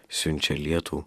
siunčia lietų